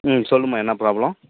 ம் சொல்லும்மா என்ன ப்ராப்ளம்